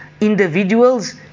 individuals